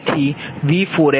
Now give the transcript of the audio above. તેથી V4f0